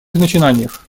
начинаниях